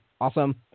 Awesome